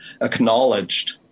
acknowledged